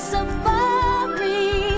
Safari